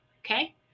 Okay